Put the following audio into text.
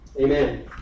Amen